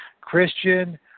Christian